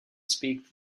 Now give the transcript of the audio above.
speak